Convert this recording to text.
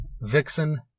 Vixen